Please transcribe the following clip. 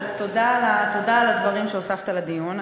תודה על הדברים שהוספת לדיון.